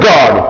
God